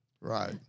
Right